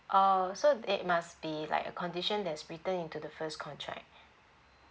oh so it must be like a condition that's written into the first contract